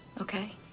Okay